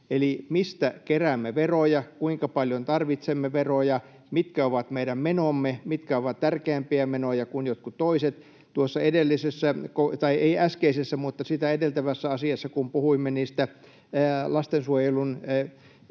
mistä keräämme veroja, kuinka paljon tarvitsemme veroja, mitkä ovat meidän menomme, mitkä ovat tärkeämpiä menoja kuin jotkut toiset. Tuossa edellisessä — tai ei äskeisessä mutta sitä edeltävässä — asiassa, kun puhuimme lastensuojelun jälkihoidon